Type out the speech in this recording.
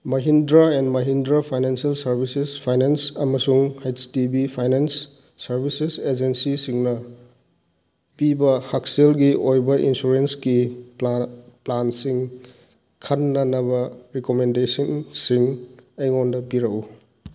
Mahindra and Mahindra financial services finance ꯑꯃꯁꯨꯡ ꯍꯩꯁ ꯇꯤ ꯕꯤ ꯐꯥꯏꯅꯥꯟꯁ ꯁꯥꯔꯕꯤꯁꯦꯁ ꯑꯦꯖꯦꯟꯁꯤꯁꯤꯡꯅ ꯄꯤꯕ ꯍꯛꯁꯦꯜꯒꯤ ꯑꯣꯏꯕ ꯏꯟꯁꯨꯔꯦꯟꯁꯀꯤ ꯄ꯭ꯂꯥꯟꯁꯤꯡ ꯈꯟꯅꯅꯕ ꯔꯤꯀꯝꯃꯦꯟꯗꯦꯁꯟꯁꯤꯡ ꯑꯩꯉꯣꯟꯗ ꯄꯤꯔꯛꯎ